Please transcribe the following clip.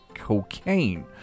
cocaine